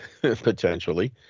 potentially